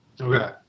Okay